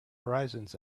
horizons